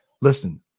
Listen